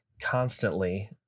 constantly